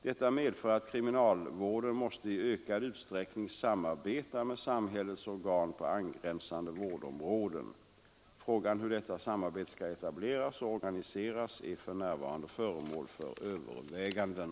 Detta medför att kriminalvården måste i ökad utsträckning samarbeta med samhällets organ på angränsande vårdområden. Frågan hur detta samarbete skall etableras och organiseras är för närvarande föremål för överväganden.